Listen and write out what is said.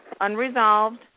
Unresolved